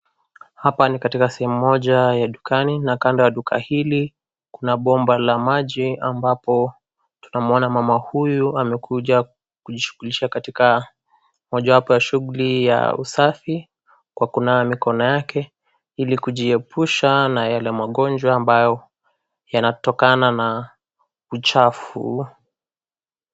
Hapa ni katika sehemu moja ya dukani na kando ya duka hili, kuna bomba la maji ambapo tunamwona mama huyu amekuja kujishughulisha katika mojawapo ya shughuli ya usafi kwa kunawa mikono yake ili kujiepusha na yale magonjwa ambayo yanatokana na uchafu.